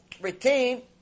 retain